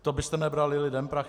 To byste nebrali lidem prachy?